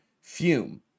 Fume